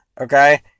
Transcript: Okay